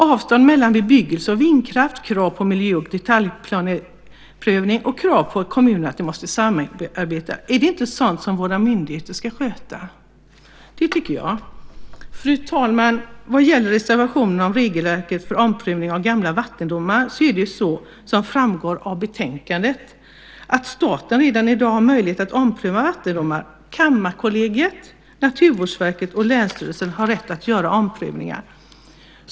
Avstånd mellan bebyggelse och vindkraft, krav på miljö och detaljplaneprövning och krav på kommuner att samarbeta - är inte det sådant som våra myndigheter ska sköta? Det tycker jag. Fru talman! Vad gäller reservationen om regelverket för omprövning av gamla vattendomar har staten, som framgår av betänkandet, redan i dag möjlighet att ompröva vattendomar. Kammarkollegiet, Naturvårdsverket och länsstyrelserna har rätt att göra omprövningar.